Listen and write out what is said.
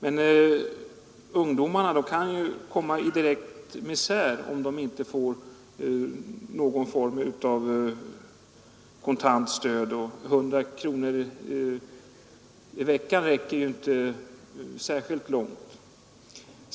Men ungdomarna kan hamna i direkt misär, om de inte får någon form av kontantstöd. 100 kronor i veckan räcker inte särskilt långt.